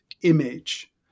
image